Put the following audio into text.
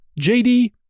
JD